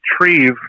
retrieve